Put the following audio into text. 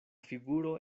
figuro